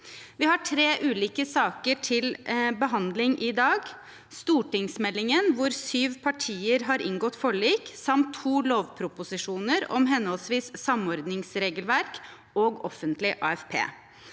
Vi har tre ulike saker til behandling i dag: stortingsmeldingen, hvor syv partier har inngått forlik, samt to lovproposisjoner, om henholdsvis samordningsregelverk og offentlig AFP.